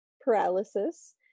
paralysis